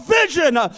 vision